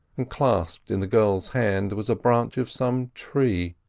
and clasped in the girl's hand was a branch of some tree,